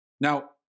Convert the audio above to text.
Now